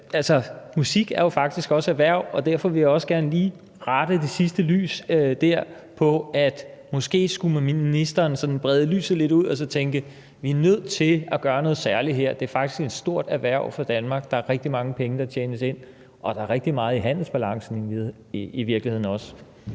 musik er jo faktisk også erhverv, og derfor vil jeg også gerne lige rette det sidste lys der på, at ministeren måske sådan skulle brede lyset lidt ud og sige: Vi er nødt til at gøre noget særligt her. Det er faktisk et stort erhverv for Danmark, der er rigtig mange penge, der tjenes ind, og der er rigtig meget i handelsbalancen i virkeligheden også.